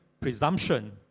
presumption